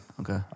Okay